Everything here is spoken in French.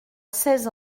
seize